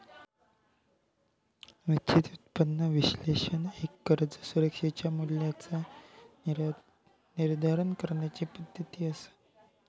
निश्चित उत्पन्न विश्लेषण एक कर्ज सुरक्षेच्या मूल्याचा निर्धारण करण्याची पद्धती असा